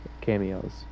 cameos